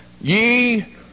ye